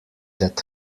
that